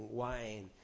wine